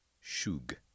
shug